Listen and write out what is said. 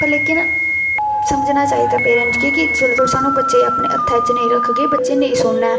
पर लेकिन समझना चाहिदी पेरैंट्स गी कि जेल्लै धोड़ी सानूं बच्चे गी अपने हत्थै च नेईं रखगे बच्चे नेईं सुनना ऐ